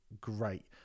great